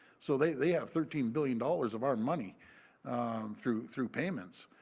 so, they have thirteen billion dollars of our money through through payments.